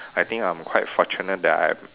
I think I'm quite fortunate that I have